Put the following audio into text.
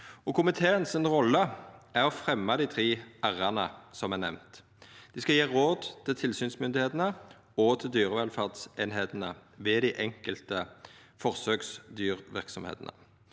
Komiteens rolle er å fremja dei 3R-ene som er nemnde. Dei skal gje råd til tilsynsmyndigheitene og til dyrevelferdseiningane ved dei enkelte forsøksdyrverksemdene.